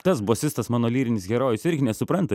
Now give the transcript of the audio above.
tas bosistas mano lyrinis herojus irgi nesupranta